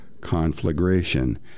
conflagration